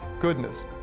goodness